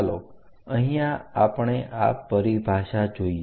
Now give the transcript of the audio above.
ચાલો અહીંયા આપણે આ પરિભાષા જોઈએ